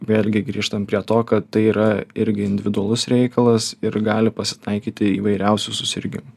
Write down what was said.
vėlgi grįžtam prie to kad tai yra irgi individualus reikalas ir gali pasitaikyti įvairiausių susirgimų